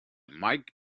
mike